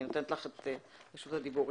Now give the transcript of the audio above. אני נותנת לך את רשות הדיבור ראשונה.